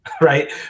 right